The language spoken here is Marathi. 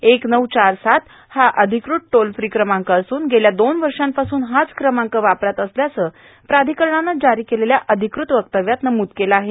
एक नऊ चार सात हा अधिकृत टोल फ्री कमांक असून गेल्या दोन वर्षांपासून हा क्रमांक वापरात असल्याचं प्राधिकरणानं जारी केलेल्या अधिकृत वक्तव्यात म्हटलं आहे